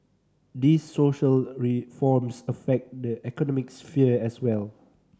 these social reforms affect the economic sphere as well